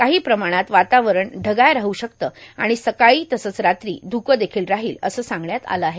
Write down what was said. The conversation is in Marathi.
काही प्रमाणात वातावरण ढगाळ राहू शकते आणि सकाळी तसंच रात्री धुकंदेखील राहील असं सांगण्यात आलं आहे